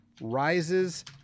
rises